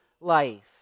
life